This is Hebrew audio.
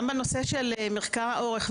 של מחקר האורך.